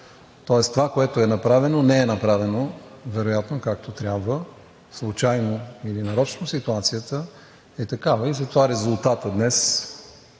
Тоест това, което е направено, не е направено вероятно както трябва – случайно или нарочно, ситуацията е такава, затова резултатът днес